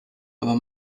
aber